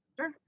Sure